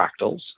fractals